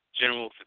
general